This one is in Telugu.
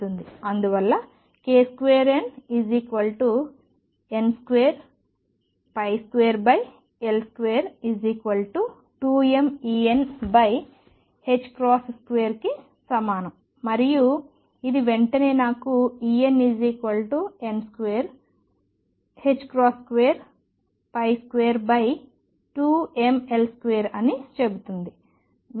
అందువల్ల kn2 n22L2 2mEn2 కి సమానం మరియు ఇది వెంటనే నాకు Enn2222mL2 అని చెబుతుంది